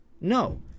no